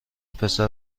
پسر